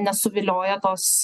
nesuvilioja tos